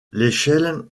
l’échelle